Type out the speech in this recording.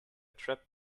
trip